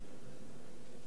התוספות שישולמו,